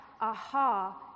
aha